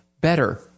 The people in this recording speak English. better